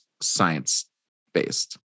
science-based